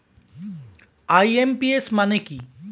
IMPS মানে কি?